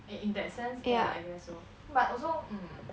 and in that sense yeah I guess so but also hmm